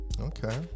Okay